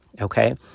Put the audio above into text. Okay